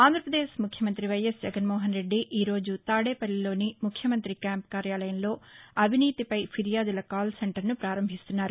ఆంధ్రాపదేశ్ ముఖ్యమంతి వైఎస్ జగన్మోహన్ రెడ్డి ఈ రోజు తాదేపల్లిలోని ముఖ్యమంతి క్యాంప్ కార్యాలయంలో అవినీతిపై ఫిర్యాదుల కాల్ సెంటర్సు పారంభిస్తున్నారు